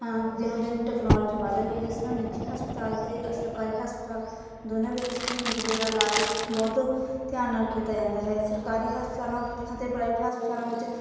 ਹਾਂ ਦਿਨੋ ਦਿਨ ਟੈਕਨੋਲਜੀ ਵਧ ਰਹੀ ਹੈ ਜਿਸ ਨਾਲ ਨਿੱਜੀ ਹਸਪਤਾਲ ਅਤੇ ਸਰਕਾਰੀ ਹਸਪਤਾਲ ਦੋਨਾਂ ਵਿੱਚ ਹੀ ਮਰੀਜ਼ਾਂ ਦਾ ਇਲਾਜ ਬਹੁਤ ਧਿਆਨ ਨਾਲ ਕੀਤਾ ਜਾਂਦਾ ਹੈ ਸਰਕਾਰੀ ਹਸਪਤਾਲਾਂ ਅਤੇ ਪ੍ਰਾਈਵੇਟ ਹਸਪਤਾਲਾਂ ਵਿੱਚ